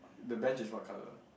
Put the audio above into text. the bench is what colour